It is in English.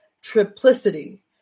triplicity